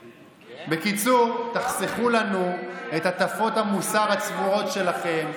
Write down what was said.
בקיצור, תחסכו לנו את הטפות המוסר הצבועות שלכם.